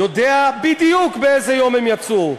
יודע בדיוק באיזה יום הם יצאו,